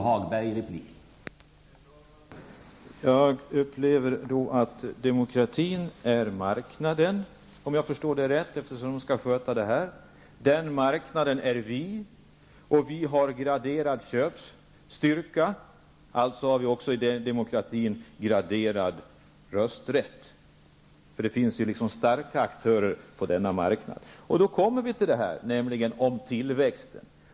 Herr talman! Då är demokratin marknaden, om jag förstår det rätt, eftersom den skall sköta det här. Den marknaden är vi. Vi har graderad köpstyrka, och alltså har vi också graderad rösträtt i demokratin. Det finns ju starka aktörer på denna marknad. Så kommer vi till detta med tillväxten.